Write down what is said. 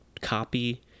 copy